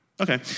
Okay